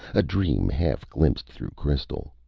a dream half glimpsed through crystal.